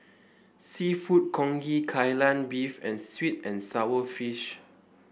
seafood congee Kai Lan Beef and sweet and sour fish